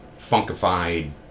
funkified